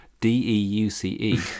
D-E-U-C-E